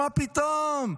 מה פתאום.